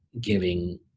giving